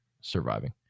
surviving